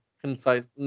concise